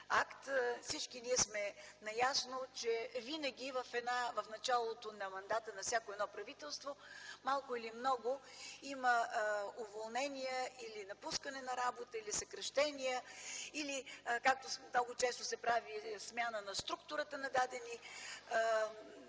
Всички сме наясно, че винаги в началото на мандата на всяко правителство малко или много има уволнени, напускане на работа, съкращения, или както често се прави – смяна на структурата на